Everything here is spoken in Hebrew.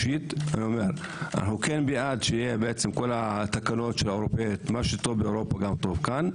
אנו בעד שהתקנות האירופאית מה שטוב באירופה טוב כאן,